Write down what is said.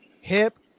hip